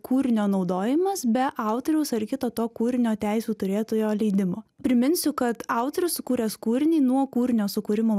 kūrinio naudojimas be autoriaus ar kito to kūrinio teisių turėtojo leidimo priminsiu kad autorius sukūręs kūrinį nuo kūrinio sukūrimo